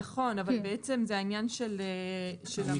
נכון, אבל זה עניין של מיקום.